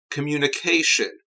Communication